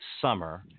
summer